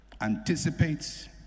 anticipates